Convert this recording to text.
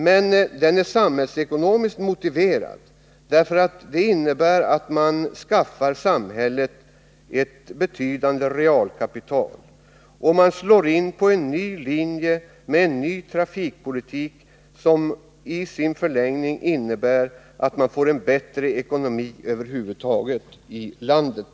Men den är samhällsekonomiskt motiverad, eftersom den innebär att samhället får ett betydande realkapital. Och visslår in på en ny linje med en trafikpolitik, som i sin förlängning innebär bättre ekonomi för hela trafiken.